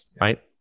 right